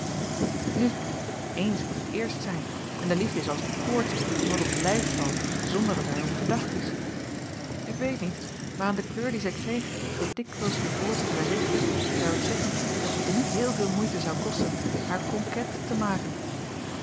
nu eens moet het eerst zijn en de liefde is als de koorts die iemand op t lijf valt zonder dat hij er op verdacht is ik weet niet maar aan de kleur die zij kreeg zoo dikwijls je t woord tot haar richtte zou ik zeggen dat het je niet heel veel moeite zou kosten haar conquête te maken